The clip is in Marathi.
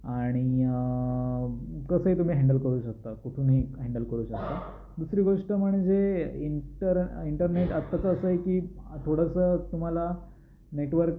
आणि कसंही तुम्ही हँडल करू शकता कुठूनही हँडल करू शकता दुसरी गोष्ट म्हणजे इंटर इंटरनेट आत्ता कसं आहे की थोडंसं तुम्हाला नेटवर्क